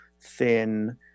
thin